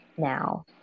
Now